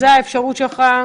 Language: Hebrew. זו האפשרות שלך,